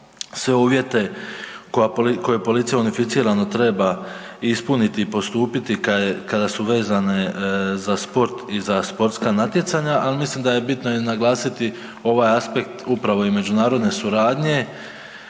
sve uvjete koja, koje policija unificirano treba ispuniti i postupiti kad je, kada su vezane za sport i za sportska natjecanja, al mislim da je bitno i naglasiti ovaj aspekt upravo i međunarodne suradnje